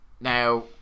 Now